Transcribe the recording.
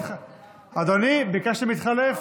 אדוני, ביקשתם להתחלף.